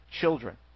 children